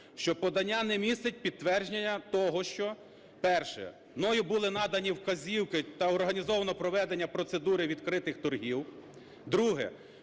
що подання не містить підтвердження того, що: перше – мною були надані вказівки та організовано проведення процедури відкритих торгів; друге